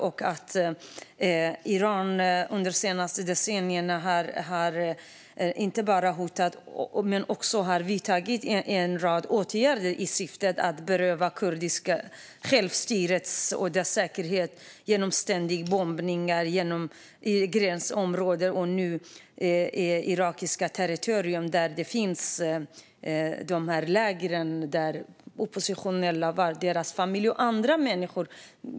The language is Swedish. Iran har under de senaste decennierna inte bara hotat utan också vidtagit en rad åtgärder i syfte att beröva kurdiska självstyret dess säkerhet. Det har skett genom ständiga bombningar i gränsområdet och nu på irakiskt territorium där lägren finns med oppositionella, deras familjer och andra människor.